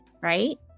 right